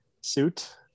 suit